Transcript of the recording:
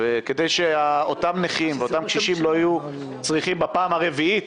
כדי שאותם נכים ואותם קשישים לא יהיו צריכים בפעם הרביעית